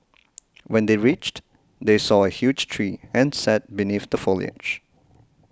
when they reached they saw a huge tree and sat beneath the foliage